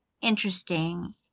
interesting